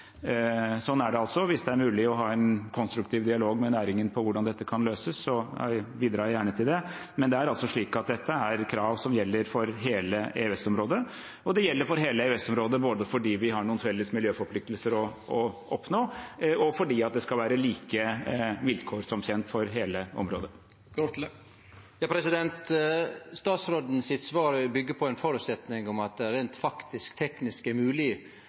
er det altså. Hvis det er mulig å ha en konstruktiv dialog med næringen om hvordan dette kan løses, bidrar jeg gjerne til det, men dette er krav som gjelder for hele EØS-området. Det gjelder for hele EØS-området både fordi vi har noen felles miljøforpliktelser å oppnå, og fordi det skal være like vilkår, som kjent, for hele området. Svaret frå statsråden byggjer på ein føresetnad om at det reint faktisk og teknisk er